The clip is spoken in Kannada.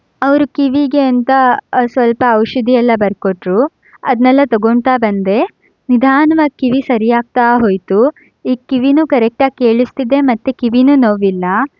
ಅವರು ಕಿವಿಗೆ ಅಂತ ಸ್ವಲ್ಪ ಔಷಧಿಯೆಲ್ಲ ಬರ್ಕೊಟ್ರು ಅದನ್ನೆಲ್ಲ ತಗೋತಾ ಬಂದೆ ನಿಧಾನವಾಗಿ ಕಿವಿ ಸರಿ ಆಗ್ತಾ ಹೋಯಿತು ಈಗ ಕಿವಿಯೂ ಕರೆಕ್ಟಾಗಿ ಕೇಳಿಸ್ತಿದೆ ಮತ್ತು ಕಿವಿಯೂ ನೋವಿಲ್ಲ